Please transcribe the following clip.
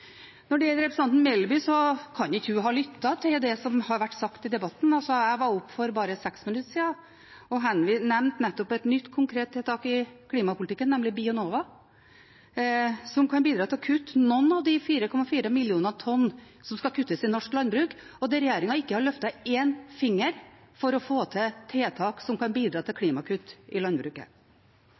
Når det gjelder representanten Melby, kan hun ikke ha lyttet til det som har vært sagt i debatten. Jeg var oppe for bare seks minutter siden og nevnte nettopp et nytt konkret tiltak i klimapolitikken, nemlig Bionova, som kan bidra til å kutte noen av de 4,4 millioner tonn CO 2 som skal kuttes i norsk landbruk, og der den forrige regjeringen ikke har løftet en finger for å få til tiltak som kan bidra til klimakutt i landbruket.